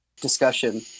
discussion